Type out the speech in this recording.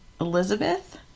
Elizabeth